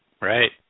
Right